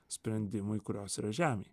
sprendimui kurios yra žemėj